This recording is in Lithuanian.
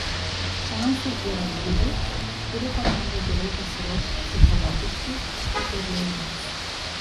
šansai yra lygūs kuri komanda geriau pasiruoš psichologiškai ta ir laimės